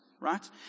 Right